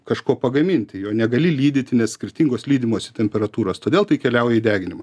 kažko pagaminti jo negali lydyti nes skirtingos lydymosi temperatūros todėl tai keliauja deginimą